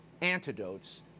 antidotes